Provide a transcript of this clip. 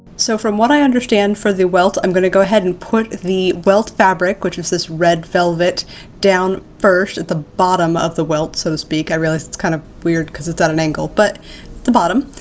so from what i understand for the welt, i'm gonna go ahead and put the welt fabric, which is this red velvet down first at the bottom of the welt, so to speak. i realize that's kind of weird because it's at an angle, but the bottom,